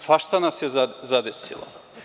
Svašta nas je zadesilo.